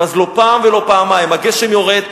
ואז לא פעם ולא פעמיים הגשם יורד,